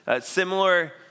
similar